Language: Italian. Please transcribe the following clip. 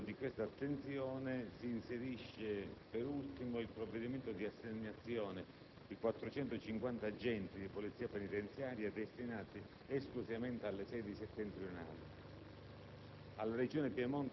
nell'ambito di questa attenzione si inserisce, per ultimo, il provvedimento di assegnazione di 450 agenti di Polizia penitenziaria destinati esclusivamente alle sedi settentrionali.